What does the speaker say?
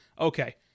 okay